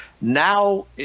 Now